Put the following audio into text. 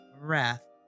Wrath